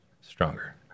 Stronger